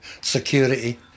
security